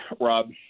Rob